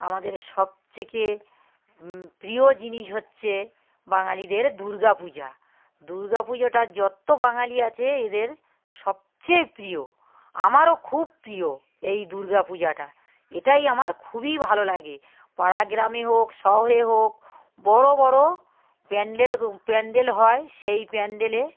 আমাদের সবথেকে প্রিয় জিনিস হচ্ছে বাঙালিদের দুর্গা পূজা দুর্গা পুজোটা যত বাঙালি আছে এদের সবচেয়ে প্রিয় আমারও খুব প্রিয় এই দুর্গা পূজাটা এটাই আমার খুবই ভালো লাগে পাড়া গ্রামে হোক শহরে হোক বড় বড় প্যান্ডেল প্যান্ডেল হয় সেই প্যান্ডেলে